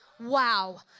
Wow